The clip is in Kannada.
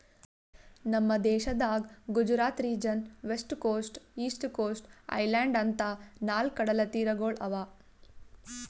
ನಮ್ ದೇಶದಾಗ್ Gujarat region, west coast, east coast, island ಅಂತಾ ನಾಲ್ಕ್ ಕಡಲತೀರಗೊಳ್ ಅವಾ